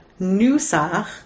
Nusach